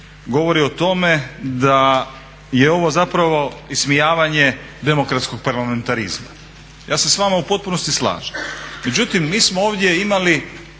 govori o tome da je ovo zapravo ismijavanje demokratskog parlamentarizma. Ja se s vama u potpunosti slažem, međutim mi smo ovdje imali,